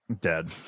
dead